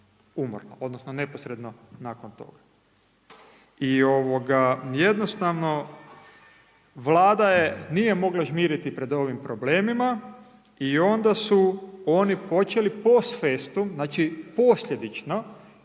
umrla, odnosno neposredno nakon toga. I jednostavno Vlada je, nije mogla žmiriti pred ovim problemima i onda su oni počeli post festum, znači posljedično